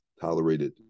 tolerated